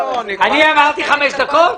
אני אמרתי חמש דקות?